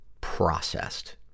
processed